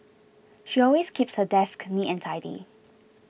she always keeps her desk neat and tidy